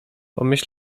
pomyś